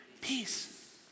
peace